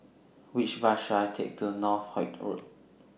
Which Bus should I Take to Northolt Road